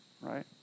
Right